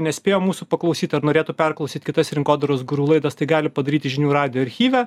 nespėjo mūsų paklausyt ar norėtų perklausyt kitas rinkodaros guru laidas tai gali padaryti žinių radijo archyve